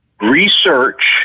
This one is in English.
research